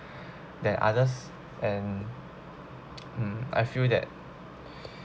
than others and I feel that